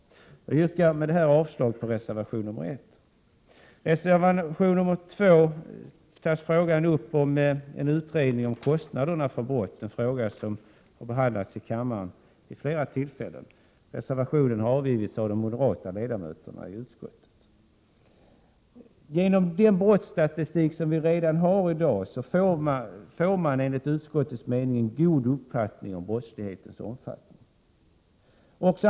Med det anförda yrkar jag avslag på reservation nr 1. Reservation nr 2 tar upp frågan om en utredning av kostnaderna med anledning av brott. Det är en fråga som har behandlats i kammaren vid flera tillfällen. Reservationen har avgivits av de moderata ledamöterna i utskottet. Genom den brottstatistik vi redan har i dag får man enligt utskottets mening en god uppfattning om brottslighetens omfattning.